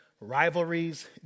rivalries